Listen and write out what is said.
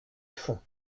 fond